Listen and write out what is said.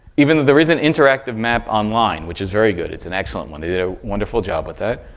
even though there is an interactive map online, which is very good. it's an excellent one. they did a wonderful job with that.